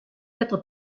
être